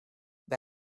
wij